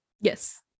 Yes